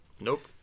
Nope